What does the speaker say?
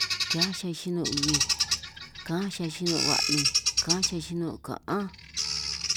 Ka'anj xihia xinun' bij, ka'anj xihia xinun' ba'ninj, ka'anj xihia xihia ka'anj.